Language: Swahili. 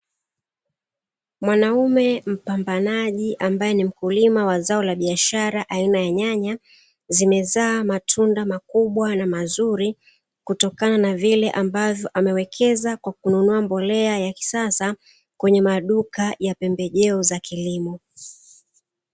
Mwanaume mpambanaji ambaye ni mkulima wa zao la biashara aina ya nyanya, zimezaa matunda makubwa na mzuri kutokana na vile ambavyo amewekeza kwa kununua mbolea ya kisasa kwenye maduka ya pembejeo za kilimo.